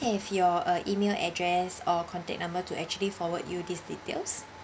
have your uh email address or contact number to actually forward you these details